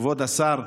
כבוד השר,